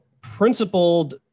principled